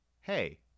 hey